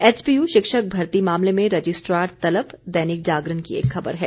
HPU शिक्षक भर्ती मामले में रजिस्ट्रार तलब दैनिक जागरण की एक खबर है